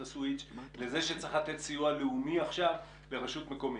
הסוויץ' לזה שצריך לתת סיוע לאומי עכשיו לרשות מקומית?